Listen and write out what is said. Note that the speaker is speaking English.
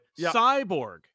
Cyborg